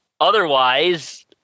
Otherwise